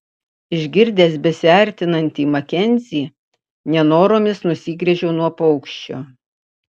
išgirdęs besiartinantį makenzį nenoromis nusigręžiau nuo paukščio